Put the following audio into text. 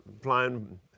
flying